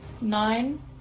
nine